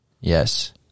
Yes